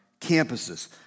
campuses